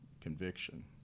conviction